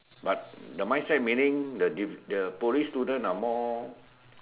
but the mindset meaning the Poly student are more